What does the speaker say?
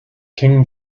king